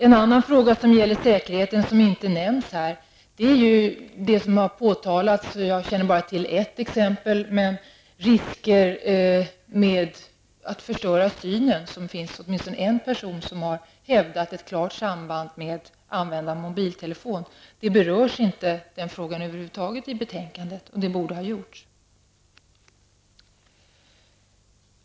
En annan fråga som gäller säkerheten och som inte nämns i betänkandet är risken att förstöra synen i samband med användning av mobiltelefon. Åtminstone en person har hävdat att det finns en klar risk att förstöra synen vid användandet av mobiltelefon. Frågan berörs över huvud taget inte i betänkandet, men den borde ha tagits upp.